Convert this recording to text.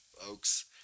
folks